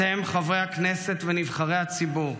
אתם, חברי הכנסת ונבחרי הציבור,